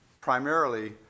primarily